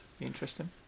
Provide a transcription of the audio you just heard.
Interesting